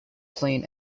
plain